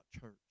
church